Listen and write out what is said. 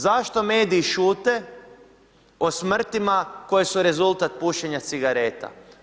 Zašto mediji šute o smrtima koje su rezultat pušenja cigareta?